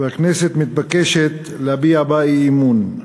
והכנסת מתבקשת להביע בה אי-אמון.